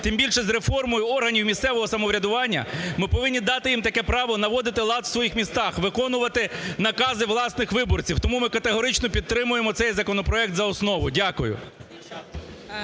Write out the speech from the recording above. Тим більше з реформою органів місцевого самоврядування ми повинні дати їм таке право наводити лад у своїх містах, виконувати накази власних виборців. Тому ми категорично підтримуємо цей законопроект за основу. Дякую.